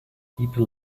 people